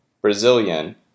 Brazilian